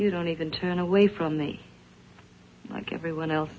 you don't even turn away from me like everyone else